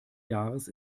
jahres